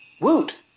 Woot